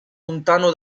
lontano